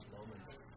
moments